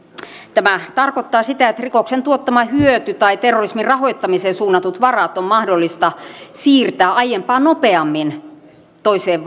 tämä tarkoittaa sitä että rikoksen tuottama hyöty tai terrorismin rahoittamiseen suunnatut varat on mahdollista siirtää aiempaa nopeammin toiseen